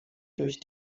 durch